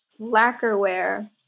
lacquerware